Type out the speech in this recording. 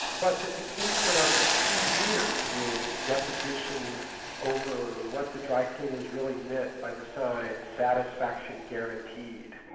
but that the case went on for two years, with depositions over what the drycleaners really meant by the sign satisfaction guaranteed,